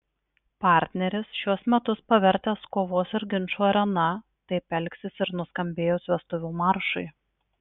partneris šiuos metus pavertęs kovos ir ginčų arena taip elgsis ir nuskambėjus vestuvių maršui